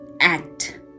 act